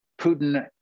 Putin